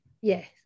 Yes